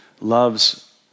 loves